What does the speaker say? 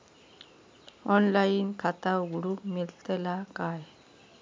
Online खाता उघडूक मेलतला काय?